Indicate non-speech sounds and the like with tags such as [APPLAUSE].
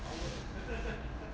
[BREATH]